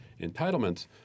entitlements